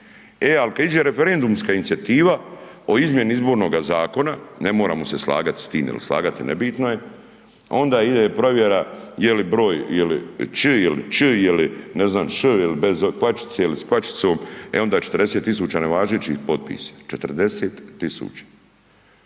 E, ali kada ide referendumska inicijativa o Izmjeni izbornoga zakona, ne moramo se slagati s time ili ne slagati, ne bitno je, onda ide provjera je li broj, je li č, je li ć, je li ne znam š ili bez kvačice ili s kvačicom e onda 40 tisuća nevažećih potpisa, 40